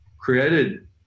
created